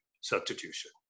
substitution